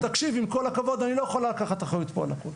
שהיא לא יכולה לקחת אחריות על הכל,